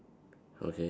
okay